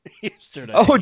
yesterday